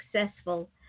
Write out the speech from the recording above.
successful